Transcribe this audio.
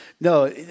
No